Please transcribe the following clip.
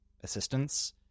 assistance